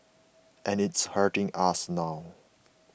and it's hurting us now